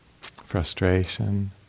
frustration